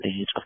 age